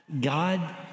God